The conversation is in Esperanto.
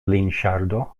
linŝardo